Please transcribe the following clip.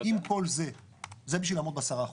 זה בשביל לעמוד ב-10%.